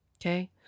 Okay